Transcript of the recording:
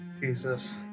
Jesus